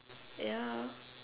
ya